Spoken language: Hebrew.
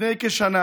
לפני כשנה